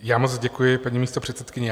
Já moc děkuji, paní místopředsedkyně.